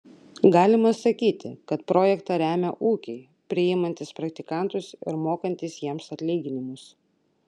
galima sakyti kad projektą remia ūkiai priimantys praktikantus ir mokantys jiems atlyginimus